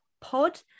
pod